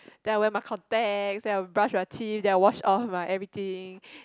then I wear my contacts then I brush my teeth then I wash all of my everything